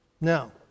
now